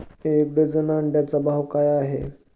एक डझन अंड्यांचा भाव काय आहे?